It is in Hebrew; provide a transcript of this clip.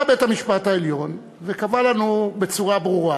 בא בית-המשפט העליון וקבע לנו בצורה ברורה: